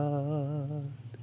God